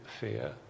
fear